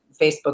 Facebook